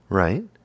right